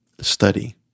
study